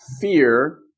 fear